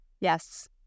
yes